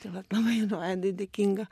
tai vat labai vaidai dėkinga